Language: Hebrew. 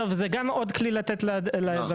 וזה גם עוד כלי לתת ליזמים.